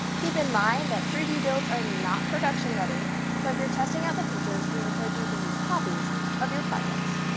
keep in mind that preview builds are not production ready, so if you're testing out the features, we encourage you to use copies of your projects.